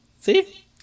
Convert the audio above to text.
See